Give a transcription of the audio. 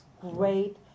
great